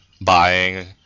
buying